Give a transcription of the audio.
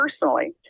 personally